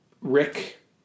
Rick